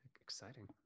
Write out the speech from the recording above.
exciting